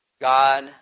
God